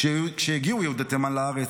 כשהגיעו יהודי תימן לארץ,